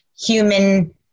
human